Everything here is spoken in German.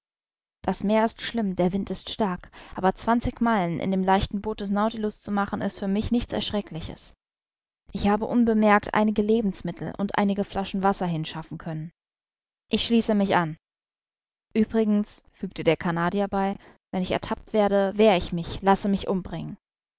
das meer ist schlimm der wind stark aber zwanzig meilen in dem leichten boot des nautilus zu machen ist für mich nichts erschreckliches ich habe unbemerkt einige lebensmittel und einige flaschen wasser hin schaffen können ich schließe mich an uebrigens fügte der canadier bei wenn ich ertappt werde wehr ich mich lasse mich umbringen